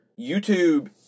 YouTube